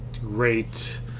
great